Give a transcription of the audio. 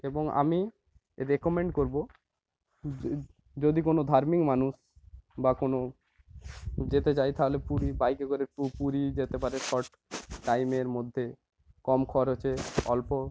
এবং আমি রেকমেন্ড করবো যদি কোনো ধার্মিক মানুষ বা কোনো যেতে চায় তাহলে পুরী বাইকে করে পুরী যেতে পারে শর্ট টাইমের মধ্যে কম খরচে অল্প